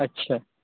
अच्छा